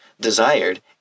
desired